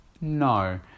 no